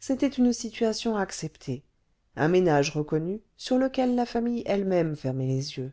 c'était une situation acceptée un ménage reconnu sur lequel la famille elle-même fermait les yeux